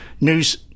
news